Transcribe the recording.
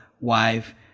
wife